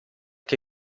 che